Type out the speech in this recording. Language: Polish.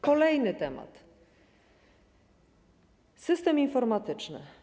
Kolejny temat: system informatyczny.